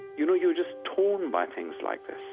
you know you're just torn by things like this